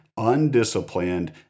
undisciplined